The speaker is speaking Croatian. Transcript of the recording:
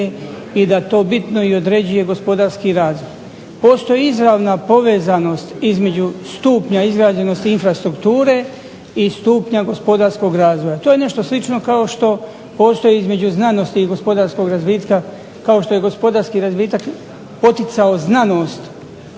i da to bitno određuje gospodarski razvoj. Postoji izravna povezanost između stupnja izgrađenosti infrastrukture i stupnja gospodarskog razvoja. To je nešto slično kao što postoji između znanosti i gospodarskog razvitka kao što je gospodarski razvitak poticao znanost